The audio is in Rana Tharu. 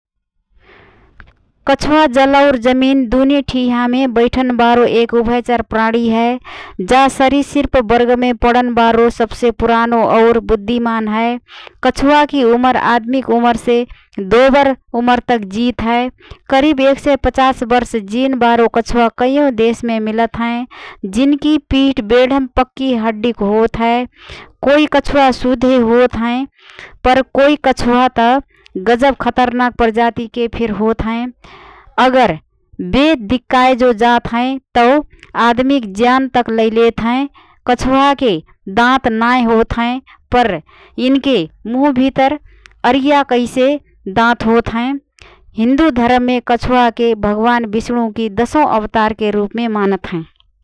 कछोहा जल और जमिन दुने ठिहामे बैठनबारो एक उभयचर प्राणी हए । जा सरीसृप वर्गमे पडनबारो सबसे पुरानो और बुद्धिमान हए । कछोहाकी उमर आदमीक उमरसे दोबर उमरतक जित हए । करीब १५० वर्ष जिनबारो कछोहा कैयौं देशमे मिलत हएँ । जिनकी पिठ बेढम पक्की हड्डीक होतहए । कोइ कछोहा सुधे होतहएँ पर कोइ कछोहा त गजब खतरनाक प्रजातिके फिर होतहएँ । अगर बे दिक्काए जो जातहएँ तओ आदमीक ज्यहान तक लैलेतहएँ । कछोहाके दाँत नाएँ होतहएँ पर यिनके मुँहभितर अरिया कैसे दाना होतहएँ । हिन्दु धरममे कछोहाके भगवान विष्णुकी दशौं अवतारके रूपमे मानत हएँ ।